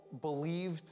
believed